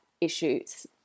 issues